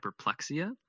hyperplexia